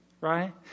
Right